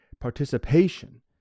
participation